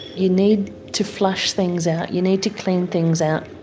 you need to flush things out, you need to clean things out.